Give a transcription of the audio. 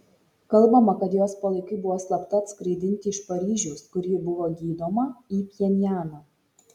kalbama kad jos palaikai buvo slapta atskraidinti iš paryžiaus kur ji buvo gydoma į pchenjaną